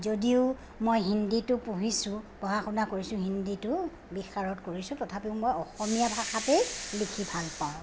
যদিও মই হিন্দীটো পঢ়িছোঁ পঢ়া শুনা কৰিছোঁ হিন্দীটো বিশাৰদ কৰিছোঁ তথাপিও মই অসমীয়া ভাষাতেই লিখি ভালপাওঁ